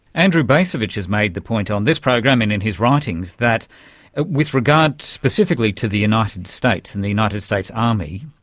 andrew bacevich has made the point on this program and in his writings that with regards specifically to the united states and the united states army,